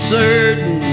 certain